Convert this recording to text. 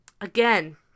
again